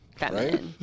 Right